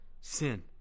sin